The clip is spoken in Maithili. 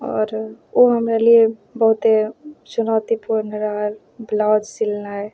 आओर ओ हमरा लेल बहुते चुनौतीपूर्ण ब्लाउज सिनाइ